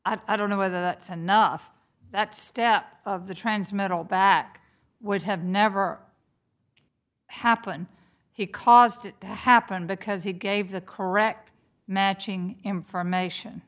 i don't know whether that's enough that step of the transmetal back would have never happened he caused it to happen because he gave the correct matching information